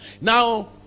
Now